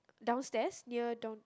downstairs near Don